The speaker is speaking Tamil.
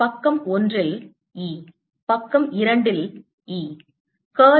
பக்கம் 1 இல் E பக்கம் 2 இல் E